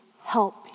help